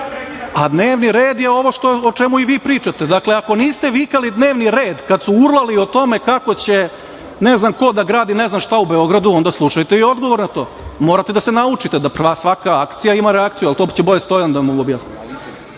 A dnevni red je ovo o čemu i vi pričate. Dakle, ako niste vikali - dnevni red kad su urlali o tome kako će ne znam ko da gradi ne znam šta u Beogradu, onda slušajte i odgovor na to. Morate da se naučite da svaka akcija ima reakciju.U svakom slučaju, ono što je bitno